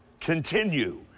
Continue